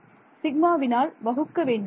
மாணவர் சிக்மாவினால் வகுக்க வேண்டும்